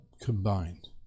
combined